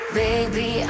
baby